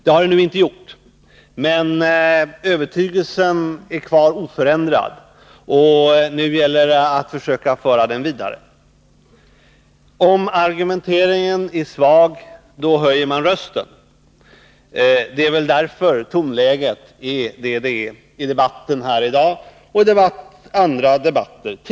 Det har det nu inte gjort, men övertygelsen är kvar oförändrad, och nu gäller det att försöka föra den vidare. Om argumenteringen är svag, då höjer man rösten. Det är väl därför tonläget är som det är i debatten, i dag liksom i tidigare debatter.